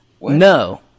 No